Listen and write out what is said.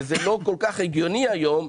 שזה לא כל כך הגיוני היום,